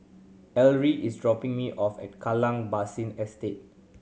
Areli is dropping me off at Kallang Basin Estate